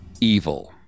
Evil